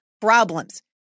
problems